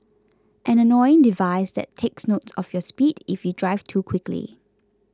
an annoying device that takes note of your speed if you drive too quickly